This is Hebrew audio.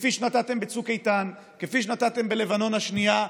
כפי שנתתם בצוק איתן, כפי שנתתם בלבנון השנייה.